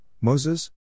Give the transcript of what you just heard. Moses